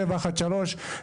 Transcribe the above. מה הסיפור ועל איזה רשימות בכלל